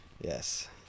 Yes